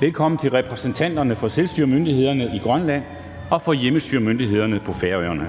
velkommen til repræsentanterne for selvstyremyndighederne i Grønland og for hjemmestyremyndighederne på Færøerne.